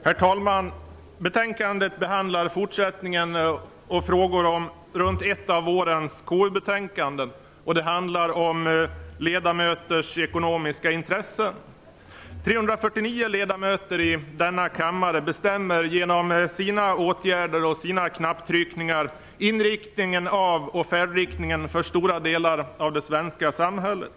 Herr talman! Det här betänkandet innehåller en fortsatt behandling av frågor runt ett av vårens KU betänkanden. Det handlar om ledamöters ekonomiska intressen. 349 ledamöter i denna kammare bestämmer genom sina åtgärder och knapptryckningar inriktningen av och färdriktningen för stora delar av det svenska samhället.